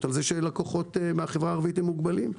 על כך שלקוחות מן החברה הערבית הם מוגבלים.